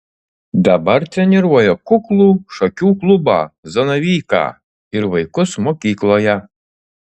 dabar treniruoja kuklų šakių klubą zanavyką ir vaikus mokykloje